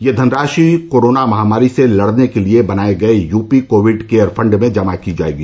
यह धनराशि कोरोना महामारी से लड़ने के लिए बनाए गए यूपी कोविड केयर फण्ड में जमा की जाएगी